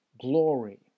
glory